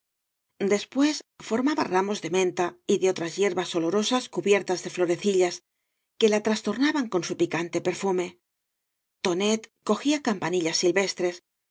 después formaba ramos de menta y de otras hierbas olorosas cubiertas de florecillas que la tras tornaban con su picante perfume tonet cogía campanillas silvestres